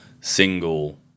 single